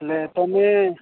ହେଲେ ତୁମେ